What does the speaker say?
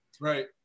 Right